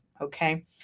Okay